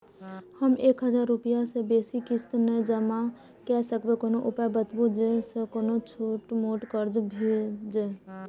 हम एक हजार रूपया से बेसी किस्त नय जमा के सकबे कोनो उपाय बताबु जै से कोनो छोट मोट कर्जा भे जै?